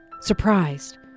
Surprised